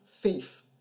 faith